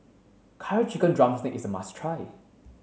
curry chicken drumstick is a must try